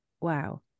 wow